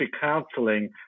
counselling